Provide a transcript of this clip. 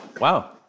Wow